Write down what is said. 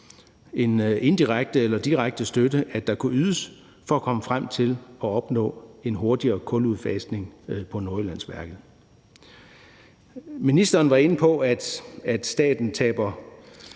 en indirekte eller direkte støtte, der kunne ydes, for at komme frem til at opnå en hurtigere kuludfasning på Nordjyllandsværket. Ministeren var inde på, at staten får